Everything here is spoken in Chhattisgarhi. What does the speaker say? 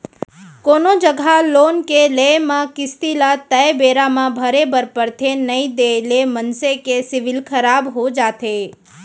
कोनो जघा लोन के लेए म किस्ती ल तय बेरा म भरे बर परथे नइ देय ले मनसे के सिविल खराब हो जाथे